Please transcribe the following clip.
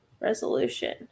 resolution